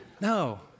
No